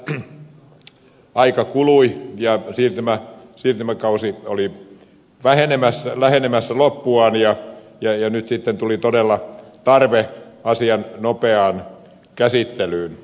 nythän aika kului ja siirtymäkausi oli lähenemässä loppuaan ja nyt sitten tuli todella tarve asian nopeaan käsittelyyn